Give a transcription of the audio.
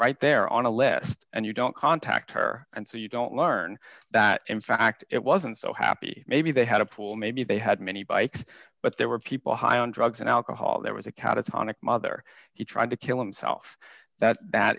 right there on a list and you don't contact her and so you don't learn that in fact it wasn't so happy maybe they had a pool maybe they had many bikes but there were people high on drugs and alcohol there was a cow tonic mother he tried to kill himself that that